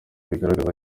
bigaragaza